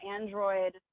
android